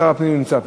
שר הפנים נמצא פה.